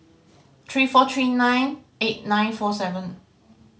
three four three nine eight nine four seven